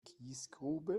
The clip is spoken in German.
kiesgrube